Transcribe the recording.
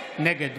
נגד